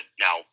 now